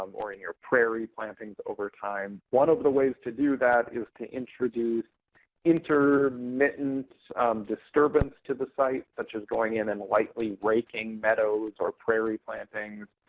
um or in your prairie plantings over time. one of the way to do that is to introduce intermittent disturbance to the site, such as going in and lightly raking meadows or prairie planting,